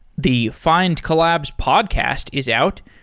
the findcollabs podcast is out.